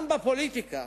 גם בפוליטיקה